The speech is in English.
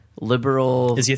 Liberal